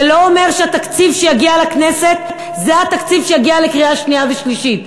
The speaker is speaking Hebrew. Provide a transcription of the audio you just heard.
זה לא אומר שהתקציב שהגיע לכנסת זה התקציב שיגיע לקריאה שנייה ושלישית.